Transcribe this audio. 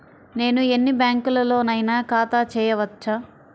నేను ఎన్ని బ్యాంకులలోనైనా ఖాతా చేయవచ్చా?